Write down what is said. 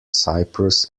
cyprus